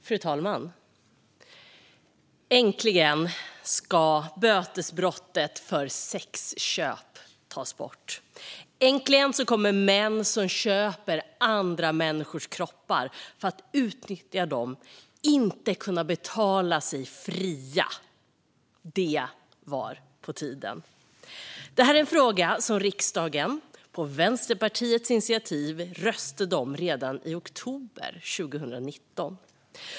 Fru talman! Äntligen ska bötesbrottet vid sexköp tas bort. Äntligen kommer män som köper andra människors kroppar för att utnyttja dem inte att kunna betala sig fria. Det var på tiden. Det här är en fråga som riksdagen, på Vänsterpartiets initiativ, röstade om redan i oktober 2019.